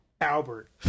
Albert